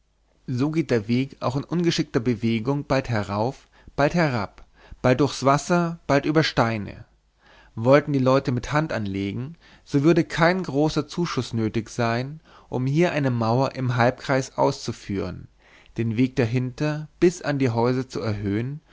so geht der weg auch in ungeschickter bewegung bald herauf bald herab bald durchs wasser bald über steine wollten die leute mit hand anlegen so würde kein großer zuschuß nötig sein um hier eine mauer im halbkreis aufzuführen den weg dahinter bis an die häuser zu erhöhen